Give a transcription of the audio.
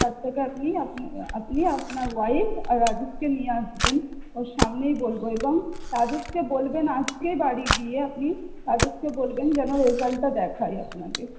তার থেকে আপনি আপনি আপনার ওয়াইফ আর রাজেশকে নিয়ে আসবেন ওর সামনেই বলব এবং রাজেশকে বলবেন আজকেই বাড়ি গিয়ে আপনি রাজেশকে বলবেন যেন রেজাল্টটা দেখায় আপনাকে